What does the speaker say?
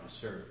serve